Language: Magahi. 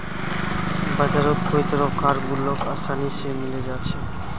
बजारत कई तरह कार गुल्लक आसानी से मिले जा छे